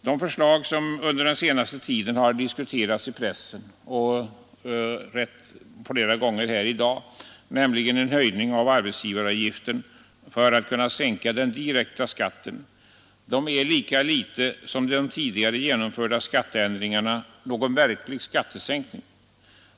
De förslag som under den senaste tiden har diskuterats i pressen och flera gånger här i dag, nämligen en höjning av arbetsgivaravgiften för att kunna sänka den direkta skatten är lika litet som de tidigare genomförda skatteändringarna någon verklig skattesänkning.